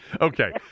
Okay